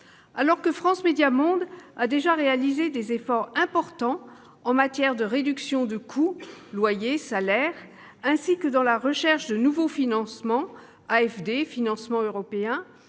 Alors que France Médias Monde a déjà réalisé des efforts importants en matière de réduction de coûts- loyer, salaires -, ainsi que dans la recherche de nouveaux financements- Agence française